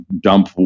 dump